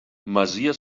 masia